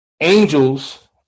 angels